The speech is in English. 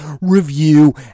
review